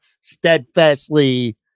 steadfastly